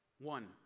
One